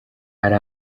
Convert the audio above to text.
ari